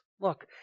Look